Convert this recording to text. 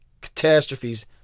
catastrophes